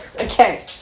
Okay